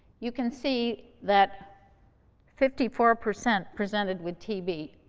you can see that fifty-four percent presented with tb.